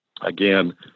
again